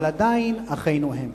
אבל עדיין אחינו הם.